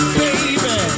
baby